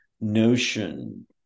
notion